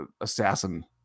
assassin